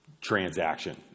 transaction